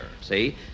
see